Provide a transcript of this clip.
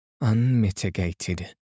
unmitigated